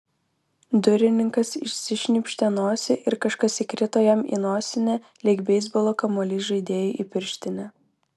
durininkas išsišnypštė nosį ir kažkas įkrito jam į nosinę lyg beisbolo kamuolys žaidėjui į pirštinę